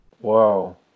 Wow